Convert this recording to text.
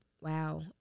wow